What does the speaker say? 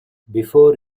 before